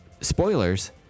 spoilers